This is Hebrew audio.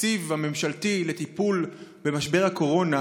התקציב הממשלתי לטיפול במשבר הקורונה